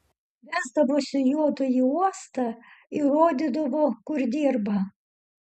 vesdavosi juodu į uostą ir rodydavo kur dirba